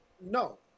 no